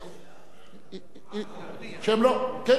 נפסלה.